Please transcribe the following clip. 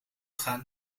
gaat